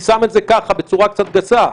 אני שם את זה ככה בצורה קצת גסה.